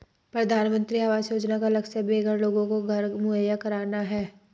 प्रधानमंत्री आवास योजना का लक्ष्य बेघर लोगों को घर मुहैया कराना है